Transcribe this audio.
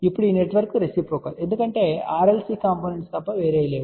ఇప్పుడు ఈ network reciprocal ఎందుకంటే ఇవన్నీ RLC కాంపోనెంట్స్ తప్ప మరేమీ కాదు